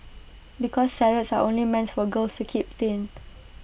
because salads are only meant for girls to keep thin